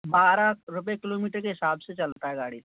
बारह रुपये किलोमीटर के हिसाब से चलता है गाड़ी